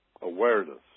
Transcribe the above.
awareness